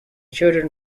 children